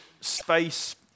space